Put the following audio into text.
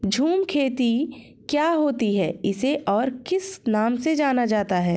झूम खेती क्या होती है इसे और किस नाम से जाना जाता है?